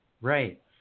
Right